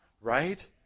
right